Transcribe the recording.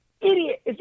Idiot